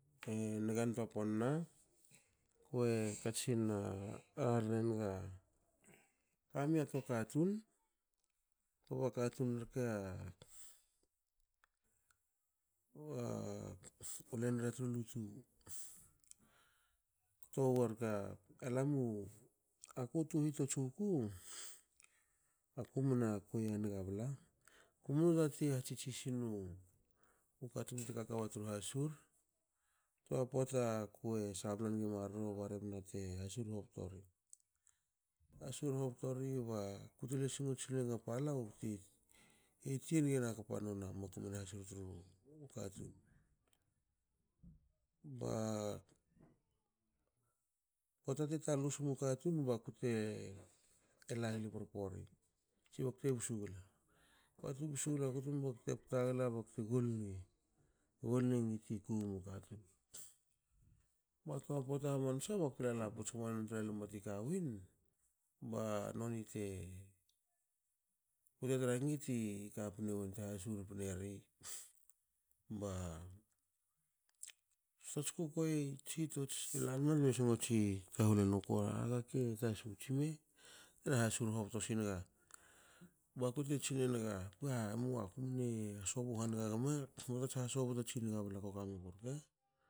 E nigantoa ponna. kue katsin rarre nga e kami a toa katun kba katun rke a ulen ra tru lotu. koto wo rke alamu aku tu hitots wuku akuma kuei a nga bla kumnu tati hatsitsi sinu katun ti kaka watru hasur. Toa poata kue sabla nigi marro ba rebna te hasur hobto ri. hasur hobto ri bakute sigots luenga palou bte ti enga kpa nonia makum hasur tru katun. Ba pota ti talus mu katun bakte lagli porpori tsi bakute bsu gle pota tu bsu wolaku tum bakute ple gle bakte gol nigi plengi tiku wu katun. Ba toa pota hamnsa bakte lala outs guma nontra lma ti kawen banoni te kute tra ngi tika pne wen te hasur pneri ba tsotoats kukuei ats hitots te lanma btme songots tahul enuku. Agake tasu tsime? Btna hasur hobto singa bakute tsinenga. pa emoa kumne hasobu hange gma, muatats hasobu tatsi niga ko kamiku rke.